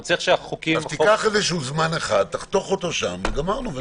אז קח איזשהו זמן אחד, תחתוך אותו שם וגמרנו.